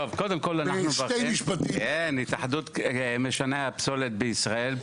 אנחנו התאחדות משנעי הפסולת בישראל,